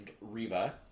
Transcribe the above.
Riva